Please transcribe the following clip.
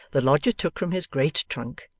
the lodger took from his great trunk,